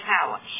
power